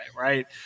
right